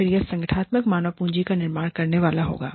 फिर यह संगठनात्मक मानव पूंजी का निर्माण करने वाला होगा